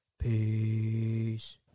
peace